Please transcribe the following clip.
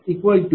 80990